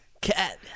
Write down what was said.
cat